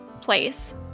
place